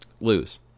Lose